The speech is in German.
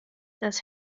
das